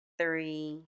three